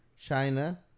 China